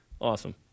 Awesome